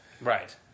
Right